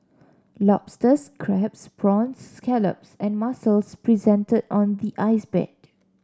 lobsters crabs prawns scallops and mussels presented on the ice bed